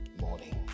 morning